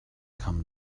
come